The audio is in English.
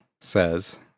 says